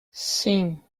sim